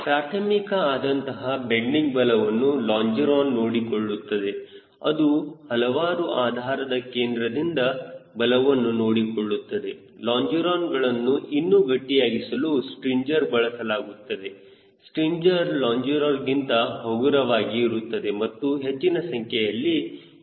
ಪ್ರಾಥಮಿಕ ಆದಂತಹ ಬೆಂಡಿಂಗ್ ಬಲವನ್ನು ಲಾಂಜಿರೋನ ನೋಡಿಕೊಳ್ಳುತ್ತದೆ ಅದು ಹಲವಾರು ಆಧಾರದ ಕೇಂದ್ರದಿಂದ ಬಲವನ್ನು ನೋಡಿಕೊಳ್ಳುತ್ತದೆ ಲಾಂಜಿರೋನಗಳನ್ನು ಇನ್ನೂ ಗಟ್ಟಿಯಾಗಿಸಲು ಸ್ಟ್ರಿಂಜರ್ ಬಳಸಲಾಗುತ್ತದೆ ಸ್ಟ್ರಿಂಜರ್ ಲಾಂಜಿರೋನಗಿಂತ ಹಗುರವಾಗಿ ಇರುತ್ತವೆ ಮತ್ತು ಹೆಚ್ಚಿನ ಸಂಖ್ಯೆಯಲ್ಲಿ ಇರುತ್ತದೆ